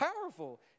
Powerful